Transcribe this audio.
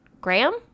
Graham